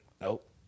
nope